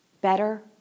better